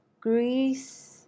Greece